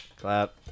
Clap